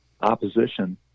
opposition